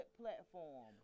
platform